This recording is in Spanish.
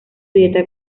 dieta